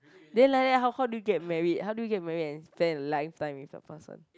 then like that how how do you get married how do you get married and spend a lifetime with a person